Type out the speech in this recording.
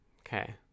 okay